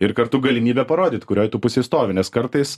ir kartu galimybė parodyt kurioj tu pusėj stovi nes kartais